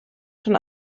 schon